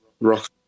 rock